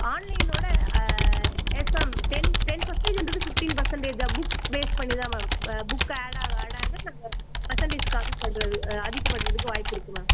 ஆன்லைனோடு yes ma'am ten ten பர்சென்ட்டேஜ்ஜின்றது fifteen பர்சென்ட்டேஜ்ஜா books base பண்ணிதான் மேம் புக் ஆட் ஆக ஆட் ஆக நம்ம பர்சென்ட்டேஜ் கம்மி பண்ணுறது அதிகப்படுத்துறதுக்கு வாய்ப்பு இருக்குது மேம்